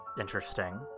Interesting